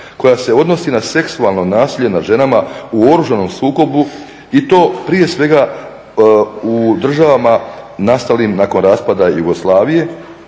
koja se odnosi na seksualno nasilje nad ženama u oružanom sukobu i to prije svega u državama nastalim nakon raspada Jugoslavije,